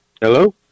Hello